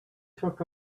took